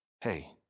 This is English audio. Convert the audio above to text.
hey